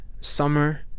summer